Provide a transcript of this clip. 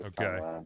Okay